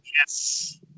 Yes